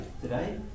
today